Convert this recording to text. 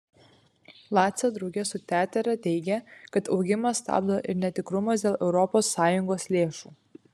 lace drauge su tetere teigė kad augimą stabdo ir netikrumas dėl europos sąjungos lėšų